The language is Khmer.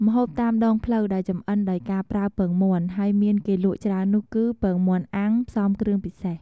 ម្ហូបតាមដងផ្លូវដែលចម្អិនដោយការប្រើពងមាន់ ហើយមានគេលក់ច្រើននោះគឺ ពងមាន់អាំងផ្សំគ្រឿងពិសេស។